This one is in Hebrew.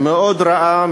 מאוד רעה,